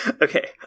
Okay